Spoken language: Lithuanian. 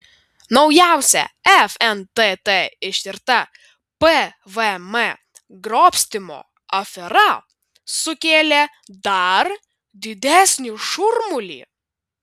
naujausia fntt ištirta pvm grobstymo afera sukėlė dar didesnį šurmulį